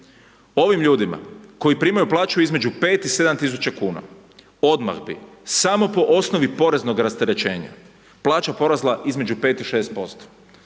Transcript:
Ovim ljudima koji primaju plaću između 5 i 7.000 kuna odmah bi samo po osnovi poreznog rasterećenja plaća porasla između 5 i 6%.